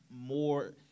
more